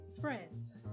Friends